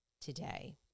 today